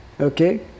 Okay